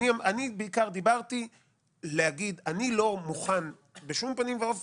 אבל אני בעיקר אמרתי שאני לא מוכן בשום פנים ואופן